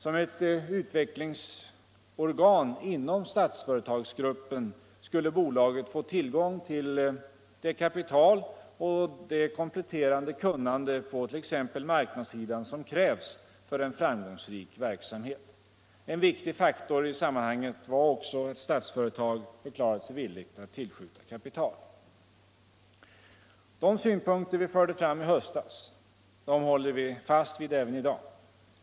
Som ett utvecklingsorgan inom Statsföretagsgruppen skulle bolaget få tillgång till det kapital och det kompletterande kunnande på t.ex. marknadssidan som krävs för en framgångsrik verksamhet. En viktig faktor i sammanhanget var också att Statsföretag förklarat sig villigt att tillskjuta kapital. De synpunkter vi förde fram i höstas håller vi fast vid även i dag.